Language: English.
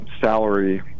salary